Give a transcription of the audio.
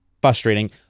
frustrating